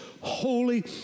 holy